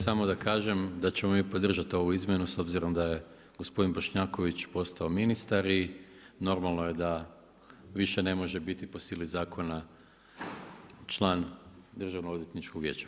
Samo da kažem da ćemo mi podržati ovu izmjenu s obzirom da je gospodin Bošnjaković postao ministar i normalno je da više ne može biti po sili zakona član Državnoodvjetničkog vijeća.